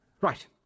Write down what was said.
Right